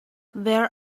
there